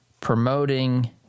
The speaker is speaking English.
promoting